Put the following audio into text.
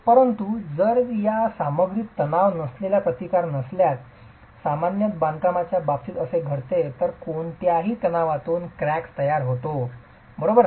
परंतु जर या सामग्रीत तणाव नसलेला प्रतिकार नसल्यास सामान्यत बांधकामाच्या बाबतीत असे घडते तर कोणत्याही तणावातून क्रॅक्स तयार होतो बरोबर